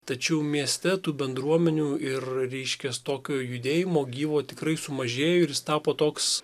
tačiau mieste tų bendruomenių ir reiškias tokio judėjimo gyvo tikrai sumažėjo ir jis tapo toks